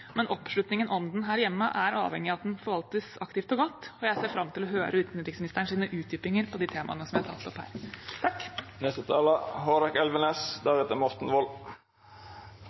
men oppslutningen om den her hjemme er avhengig av at den forvaltes aktivt og godt, og jeg ser fram til å høre utenriksministerens utdypinger på de temaene som jeg har tatt opp her.